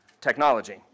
technology